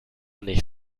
nicht